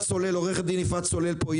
עורכת הדין יפעת סולל נמצאת פה,